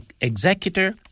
executor